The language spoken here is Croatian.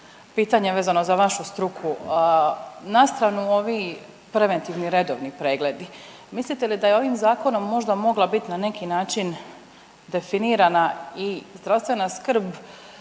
pitanje vezano za vašu struku. Na stranu ovi preventivni redovni pregledi, mislite li da je ovim zakonom možda mogla bit na neki način definirana i zdravstvena skrb